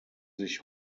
sich